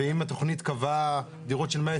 ואם התוכנית קבעה דירות של 120